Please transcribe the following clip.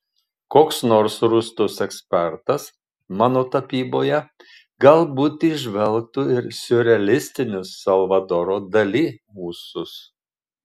koks nors rūstus ekspertas mano tapyboje galbūt įžvelgtų ir siurrealistinius salvadoro dali ūsus